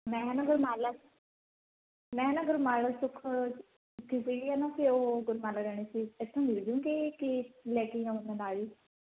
ਮੈਂ ਨਾ ਗੁਰਮਾਲਾ ਮੈਂ ਨਾ ਗੁਰਮਾਲਾ ਸੁੱਖ ਸੁੱਖੀ ਸੀਗੀ ਹੈ ਨਾ ਫਿਰ ਉਹ ਗੁਰਮਾਲਾ ਲੈਣਾ ਸੀ ਇਥੋਂ ਮਿਲਜੂੰਗੇ ਕਿ ਲੈ ਕੇ ਆਉਣਾ ਪੈਣਾ ਬਾਹਰੋਂ ਹੀ